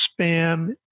spam